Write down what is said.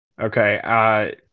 Okay